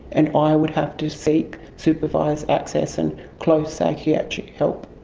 and i would have to seek supervised access, and close psychiatric help.